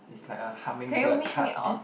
it's like a hummingbird heartbeat